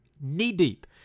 knee-deep